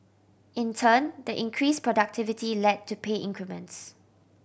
in turn the increased productivity led to pay increments